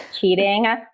cheating